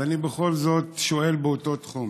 אז אני בכל זאת שואל באותו תחום.